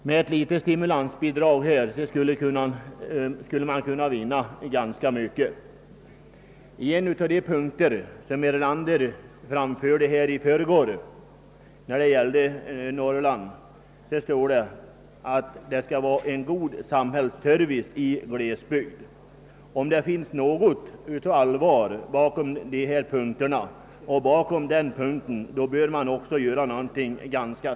Med ett litet stimulansbidrag skulle man kunna vinna ganska mycket. I en av de punkter angående norrlandsproblemen, som statsminister Erlander presenterade i förrgår, heter det att det skall vara en god samhällsservice i glesbygderna. Om detta är allvarligt menat, bör man göra någonting snart.